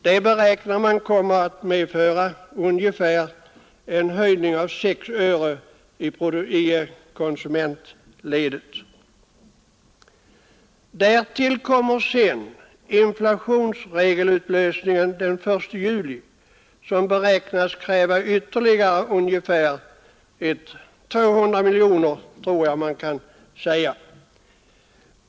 Detta beräknas medföra cirka 6 öres höjning i konsumentledet. Därtill kommer så inflationsregelutlösningen den 1 juli, som beräknas kräva ytterligare ungefär 200 miljoner kronor.